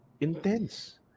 Intense